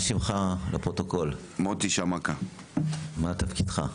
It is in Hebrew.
מה תפקידך?